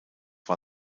war